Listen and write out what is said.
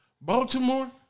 Baltimore